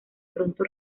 pronto